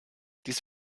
dies